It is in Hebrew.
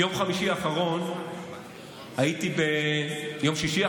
ביום שישי האחרון הייתי ביפיע,